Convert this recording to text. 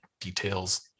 details